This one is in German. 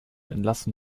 entlassen